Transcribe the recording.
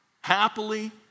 happily